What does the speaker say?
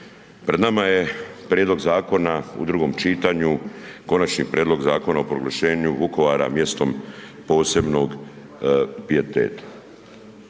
pred nama je prijedlog zakona u drugom čitanju Konačni prijedlog Zakona o proglašenju Vukovara mjestom posebnog pijeteta.